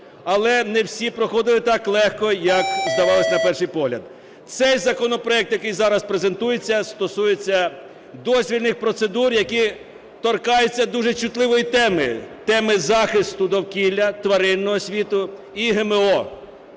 Але не всі проходили так легко, як здавалося на перший погляд. Цей законопроект, який зараз презентується, стосується дозвільних процедур, які торкаються дуже чутливої теми – теми захисту довкілля, тваринного світу і ГМО.